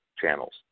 channels